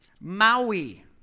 Maui